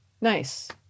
Nice